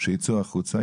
שייצאו החוצה,